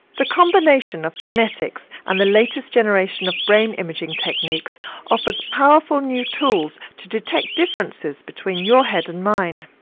the combination of genetics and the latest generation of brain imaging techniques offers powerful new tools to detect differences between your head and mine.